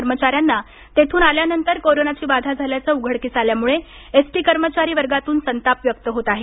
कर्मचाऱ्यांना तेथून आल्यानंतर कोरोनाची बाधा झाल्याचं उघडकीस आल्यामुळे एस टी कर्मचारी वर्गातून संताप व्यक्त होत आहे